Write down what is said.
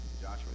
Joshua